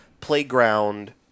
playground